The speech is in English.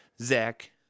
zach